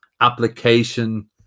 application